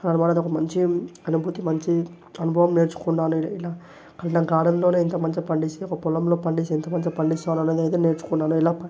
కానీ మనకు మంచి అనుభూతి మంచి అనుభవం నేర్చుకున్నాను ఇలా నా గార్డెన్లోనే ఇంత మంచిగా పండిస్తే ఒక పొలంలో పండిస్తే ఎంత మంచిగా పండిస్తాననేది అయితే నేర్చుకున్నాను ఇలా